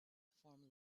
form